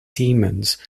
demons